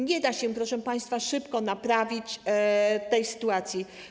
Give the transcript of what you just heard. Nie da się, proszę państwa, szybko naprawić tej sytuacji.